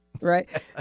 Right